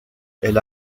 elle